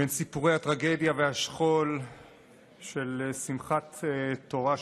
בין סיפורי הטרגדיה והשכול של שמחת תורה,